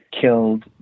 killed